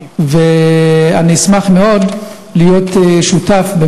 אני אשמח מאוד להיות שותף,